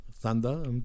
Thunder